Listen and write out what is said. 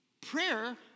Prayer